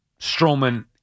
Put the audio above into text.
Strowman